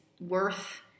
worth